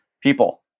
People